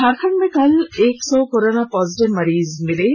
झारखंड में कल एक सौ कोरोना पॉजिटिव मरीज मिले हैं